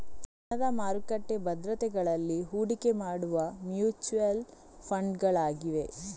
ಹಣದ ಮಾರುಕಟ್ಟೆ ಭದ್ರತೆಗಳಲ್ಲಿ ಹೂಡಿಕೆ ಮಾಡುವ ಮ್ಯೂಚುಯಲ್ ಫಂಡುಗಳಾಗಿವೆ